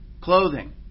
clothing